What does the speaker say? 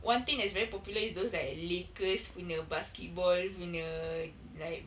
one thing that's very popular is those like lakers punya basketball punya like